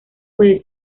puede